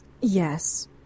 Yes